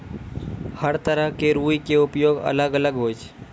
हर तरह के रूई के उपयोग अलग अलग होय छै